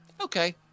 Okay